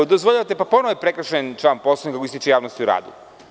Ako dozvoljavate, pa ponovo je prekršen član Poslovnika koji ističe javnost u radu.